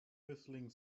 whistling